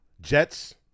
Jets